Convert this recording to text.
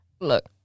Look